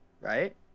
Right